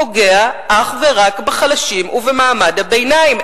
פוגע אך ורק בחלשים ובמעמד הביניים.